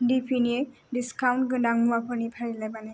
दिपिनि discount गोनां मुवाफोरनि फारिलाइ बानाय